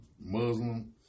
Muslim